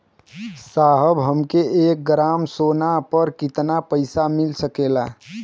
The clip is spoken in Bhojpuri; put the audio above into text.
साहब हमके एक ग्रामसोना पर कितना पइसा मिल सकेला?